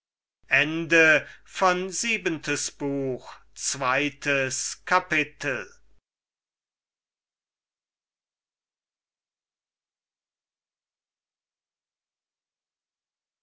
siebentes buch erstes kapitel